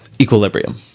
Equilibrium